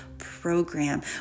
program